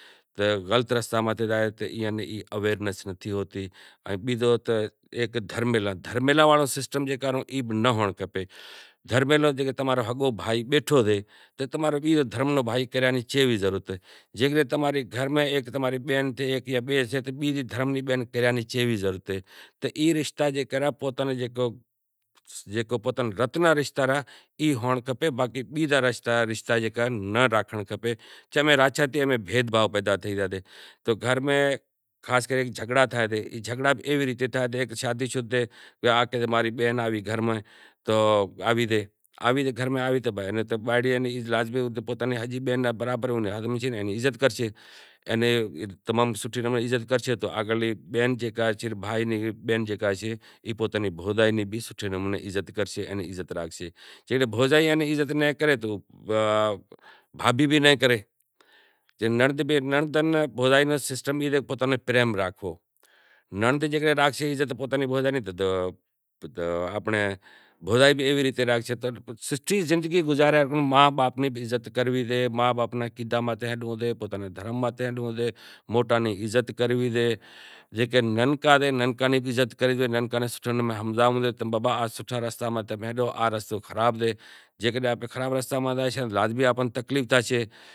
ڈاریک چم اماں رے ایم پی اے کن بولے سے، ماں رے سوکرے متھے ہیک کوڑو کیس کرایو کرایو کے وڈیراں، جوکو اینا چھاڑتا ہتا پنڑ اصل اینا تکلیف ای سے کہ اینا وڈیراں تھیں کو غریب مانڑو ہامہوں ناں آوے۔ جیکڈہن دھرم نےنام ماتھے امیں دھرم نو نام جپشاں تو اماں رو اولاد بھی اماں ناں بھانڑے اماں رو ای کام کرشے جیکڈینہں امیں دھرم نی جانڑ پرچار نو کام کراں تو اماں نو اولاد بھی ای کام شیکھشے پنڈت نو کام شیکھشے وید شیکھشے۔ ایک مانڑاں نوں مثال تمیں ہنبھڑانڑان کہ ہیک بھائی ہتو تو بائی کن گھرے گیو مہمان تھئی